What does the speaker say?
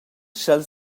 sch’el